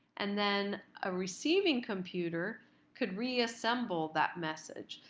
and then a receiving computer could reassemble that message.